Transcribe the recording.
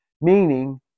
meaning